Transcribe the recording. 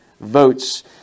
votes